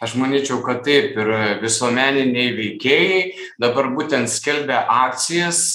aš manyčiau kad taip ir visuomeniniai veikėjai dabar būtent skelbia akcijas